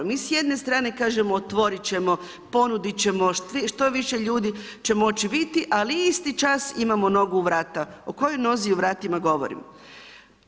Mi s jedne strane kažemo otvorit ćemo, ponudit ćemo, što više ljudi će moći biti ali isti čas imamo nogu u vrata, o kojoj nozi u vratima govorim?